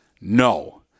No